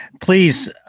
Please